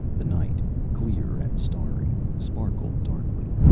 the night, clear and starry, sparkled darkly,